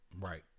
Right